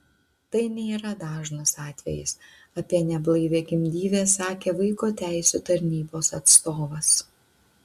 tai nėra dažnas atvejis apie neblaivią gimdyvę sakė vaiko teisių tarnybos atstovas